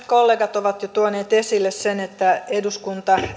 kollegat ovat jo tuoneet esille sen että eduskunta